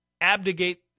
abdicate